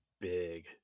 big